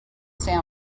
sound